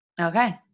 Okay